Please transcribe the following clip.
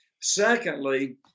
Secondly